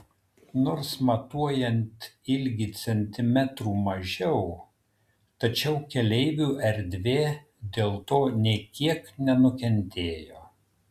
nors matuojant ilgį centimetrų mažiau tačiau keleivių erdvė dėl to nė kiek nenukentėjo